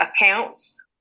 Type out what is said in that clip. accounts